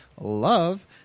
Love